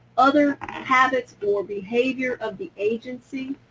other habits or behavior of the agency.